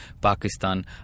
Pakistan